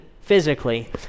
physically